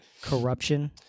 corruption